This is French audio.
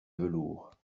velours